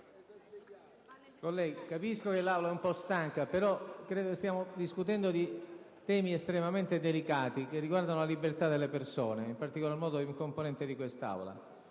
Colleghi, capisco che vi sia un po' di stanchezza, però stiamo discutendo di temi estremamente delicati, che riguardano la libertà delle persone, in particolar modo di un componente di quest'Assemblea.